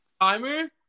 Timer